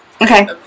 Okay